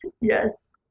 Yes